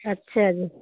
ਅੱਛਾ ਜੀ